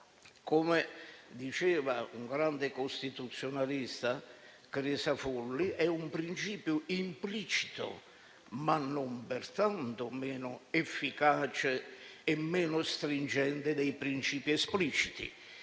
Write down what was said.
Come diceva il grande costituzionalista Crisafulli, è un principio implicito, ma non pertanto meno efficace e meno stringente dei principi espliciti.